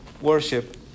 worship